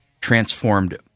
transformed